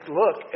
look